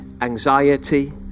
anxiety